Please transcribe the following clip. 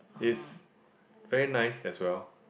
is very nice as well